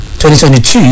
2022